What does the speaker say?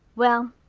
well,